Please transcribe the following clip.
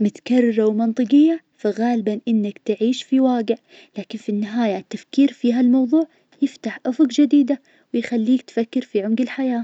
متكررة ومنطقية فغالبا إنك تعيش في واقع. لكن في النهاية التفكير في ها الموضوع يفتح أفق جديدة ويخليك تفكر في عمق الحياة.